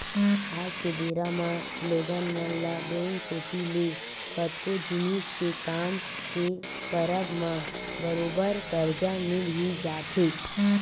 आज के बेरा म लोगन मन ल बेंक कोती ले कतको जिनिस के काम के परब म बरोबर करजा मिल ही जाथे